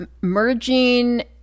merging